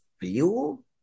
feel